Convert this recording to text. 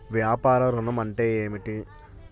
వ్యాపార ఋణం అంటే ఏమిటి?